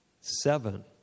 Seven